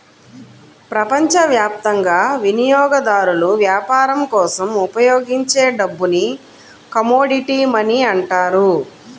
ప్రపంచవ్యాప్తంగా వినియోగదారులు వ్యాపారం కోసం ఉపయోగించే డబ్బుని కమోడిటీ మనీ అంటారు